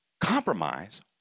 Compromise